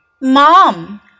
mom